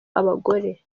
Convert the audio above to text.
abagore